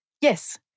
Yes